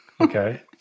Okay